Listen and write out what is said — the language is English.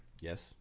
Yes